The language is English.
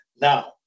now